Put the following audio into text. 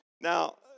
Now